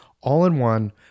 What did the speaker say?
all-in-one